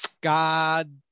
God